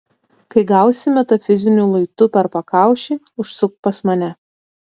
kai gausi metafiziniu luitu per pakaušį užsuk pas mane